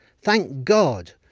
thank god,